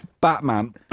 Batman